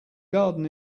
garden